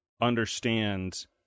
understand